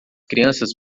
crianças